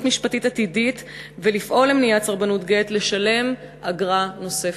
משפטית עתידית ולפעול למניעת סרבנות גט לשלם אגרה נוספת?